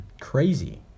crazy